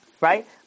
right